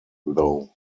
though